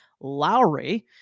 Lowry